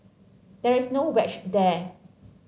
there is no wedge there